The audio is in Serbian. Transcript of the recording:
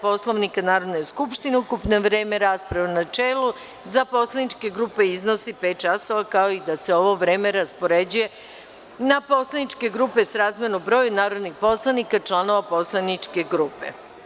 Poslovnika Narodne skupštine, ukupno vreme rasprave u načelu za poslaničke iznosi pet časova, kao i da se ovo vreme raspoređuje na poslaničke grupe srazmeru broju narodnih poslanika članova poslaničke grupe.